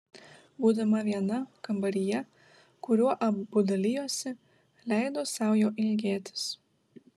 būdama viena kambaryje kuriuo abu dalijosi leido sau jo ilgėtis